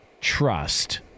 trust